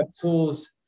tools